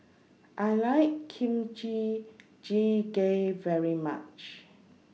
I like Kimchi Jjigae very much